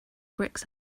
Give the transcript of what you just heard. bricks